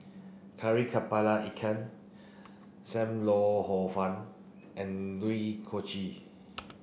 Kari Kepala Ikan Sam Lau Hor Fun and Kuih Kochi